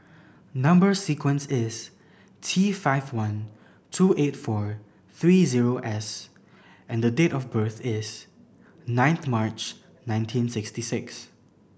number sequence is T five one two eight four three zero S and date of birth is ninth March nineteen sixty six